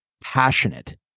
passionate